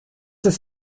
ist